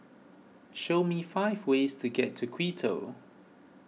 show me five ways to get to Quito